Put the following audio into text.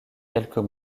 quelques